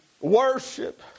worship